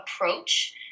approach